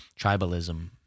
tribalism